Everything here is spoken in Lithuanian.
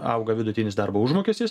auga vidutinis darbo užmokestis